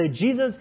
Jesus